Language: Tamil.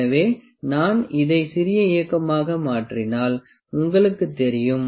எனவே நான் இதை சிறிய இயக்கமாக மாற்றினால் உங்களுக்குத் தெரியும்